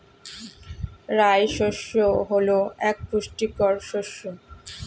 রাই শস্য হল এক পুষ্টিকর শস্য